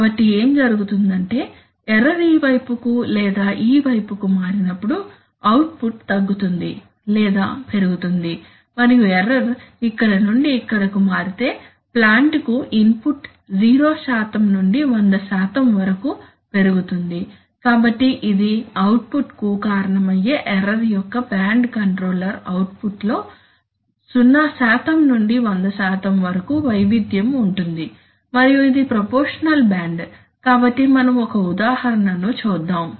కాబట్టి ఏమి జరుగుతుందంటే ఎర్రర్ ఈ వైపుకు లేదా ఈ వైపుకు మారినప్పుడు అవుట్పుట్ తగ్గుతుంది లేదా పెరుగుతుంది మరియు ఎర్రర్ ఇక్కడ నుండి ఇక్కడకు మారితే ప్లాంట్ కు ఇన్పుట్ 0 నుండి 100 వరకు పెరుగుతుంది కాబట్టి ఇది అవుట్పుట్ కు కారణమయ్యే ఎర్రర్ యొక్క బ్యాండ్ కంట్రోలర్ అవుట్పుట్లో 0 నుండి 100 వరకు వైవిధ్యం ఉంటుంది మరియు ఇది ప్రపోర్షషనల్ బ్యాండ్ కాబట్టి మనం ఒక ఉదాహరణను చూద్దాం